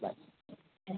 bye